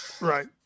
right